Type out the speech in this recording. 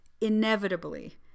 inevitably